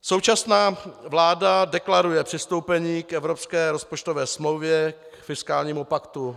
Současná vláda deklaruje přistoupení k evropské rozpočtové smlouvě, k fiskálnímu paktu.